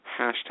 hashtag